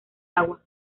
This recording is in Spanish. agua